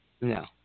No